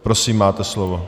Prosím, máte slovo.